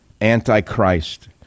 anti-Christ